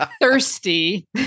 thirsty